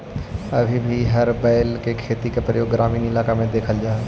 अभी भी हर बैल के खेती में प्रयोग ग्रामीण इलाक में देखल जा हई